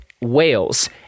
whales